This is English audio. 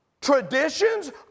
traditions